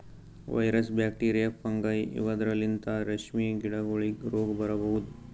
virus, bacteria, fungi ಇವದ್ರಲಿಂತ್ ರೇಶ್ಮಿ ಹುಳಗೋಲಿಗ್ ರೋಗ್ ಬರಬಹುದ್